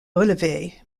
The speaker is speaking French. relevé